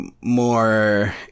more